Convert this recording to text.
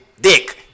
dick